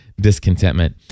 discontentment